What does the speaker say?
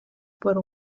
por